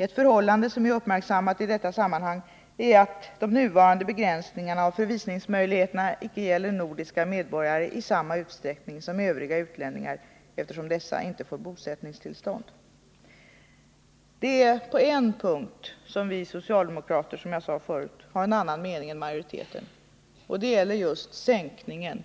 Ett förhållande som är uppmärksammat i detta sammanhang är att de nuvarande begränsningarna av förvisningsmöjligheten inte gäller nordiska medborgare i samma utsträckning som övriga utlänningar eftersom dessa inte får bosättningstillstånd.” Det är på en punkt som vi socialdemokrater har en annan mening än utskottsmajoriteten. Jag sade det förut, och det gäller sänkningen